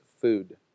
food